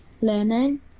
learning